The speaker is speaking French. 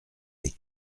les